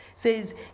Says